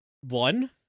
one